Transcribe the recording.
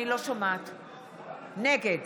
נגד